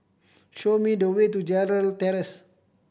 show me the way to Gerald Terrace